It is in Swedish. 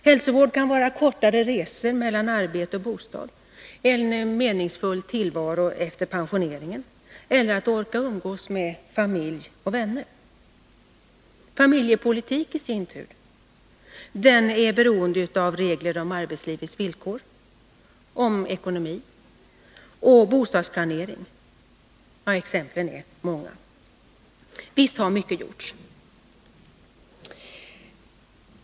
Hälsovård kan vara kortare resor mellan arbete och bostad, en meningsfull tillvaro också efter pensioneringen eller att orka umgås med familj och vänner. Familjepolitik i sin tur är beroende av regler om arbetslivets villkor, ekonomi och bostadsplanering. Exemplen är många. Visst har mycket gjorts.